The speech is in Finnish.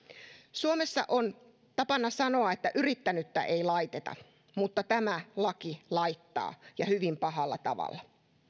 suomessa on tapana sanoa että yrittänyttä ei laiteta mutta tämä laki laittaa ja hyvin pahalla tavalla